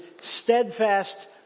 steadfast